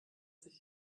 sich